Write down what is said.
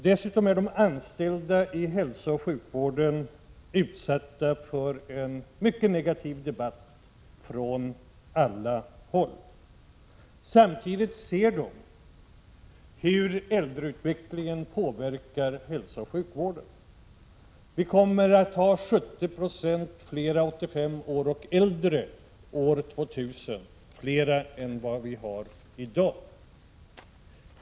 Dessutom är de anställda inom hälsooch sjukvården utsatta för en mycket negativ debatt på alla håll. Samtidigt ser de hur äldreutvecklingen påverkar hälsooch sjukvården. Det kommer att finnas 70 96 fler människor som är 85 år och äldre år 2000 än det finns i dag.